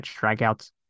strikeouts